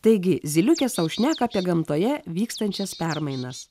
taigi zyliukė sau šneka apie gamtoje vykstančias permainas